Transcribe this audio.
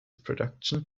production